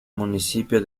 municipio